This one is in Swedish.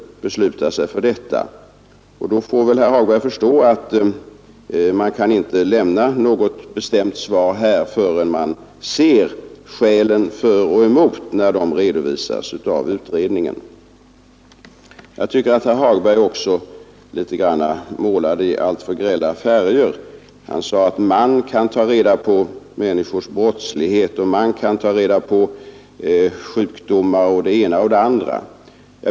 Herr Hagberg får väl förstå att man inte kan lämna något bestämt svar här förrän man ser skälen för och emot, när de redovisas av utredningen. Jag tycker att herr Hagberg också målade i litet för grälla färger. Han sade att ”man” kan ta reda på människors brottslighet och ”man” kan ta reda på sjukdomar och det ena efter det andra.